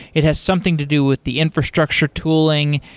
it has something to do with the infrastructure tooling.